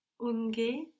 Unge